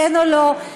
כן או לא?